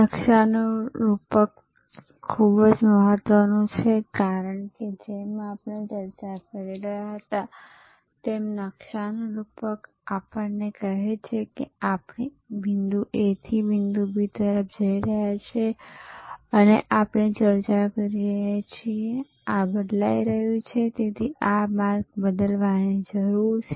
નકશાનું રૂપક ખૂબ મહત્વનું છે કારણ કે જેમ આપણે ચર્ચા કરી રહ્યા હતા તેમ નકશાનું રૂપક આપણને કહે છે કે આપણે બિંદુ A થી બિંદુ B તરફ જઈ રહ્યા છીએ અને આપણે ચર્ચા કરી છે કે આ બદલાઈ રહ્યું છે તેથી આ માર્ગ બદલવાની જરૂર છે